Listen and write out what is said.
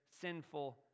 sinful